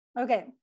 okay